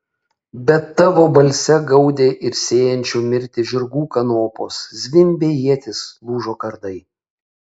bet tavo balse gaudė ir sėjančių mirtį žirgų kanopos zvimbė ietys lūžo kardai